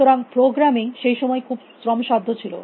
সুতরাং প্রোগ্রামিং সেই সময়ে খুব শ্রমসাধ্য ছিল